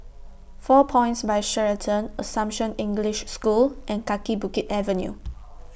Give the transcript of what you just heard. four Points By Sheraton Assumption English School and Kaki Bukit Avenue